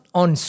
on